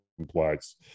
complex